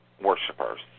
worshippers